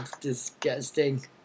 disgusting